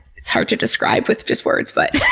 it's hard to describe with just words. but